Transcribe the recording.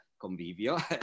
convivio